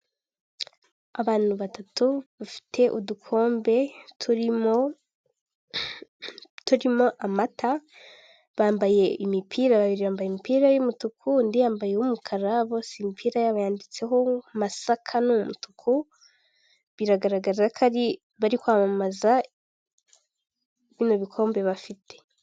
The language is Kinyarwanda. Abantu batatu bafite udukombe turimo, turimo amata, bambaye imipira, babiriri bambaye imipira y'umutuku, undi yambaye uw'umukara, bose imipira yaditseho masaka, n'umutuku biragaragara ko ari bari kwamamaza bino bikombe bafite.